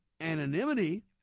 anonymity